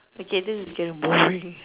okay this is getting boring